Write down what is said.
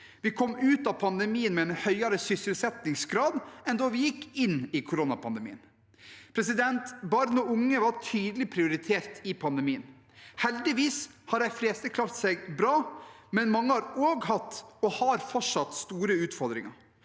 Vi kom ut av koronapandemien med en høyere sysselsettingsgrad enn da vi gikk inn i den. Barn og unge var tydelig prioritert i pandemien. Heldigvis har de fleste klart seg bra, men mange har hatt, og har fortsatt, store utfordringer.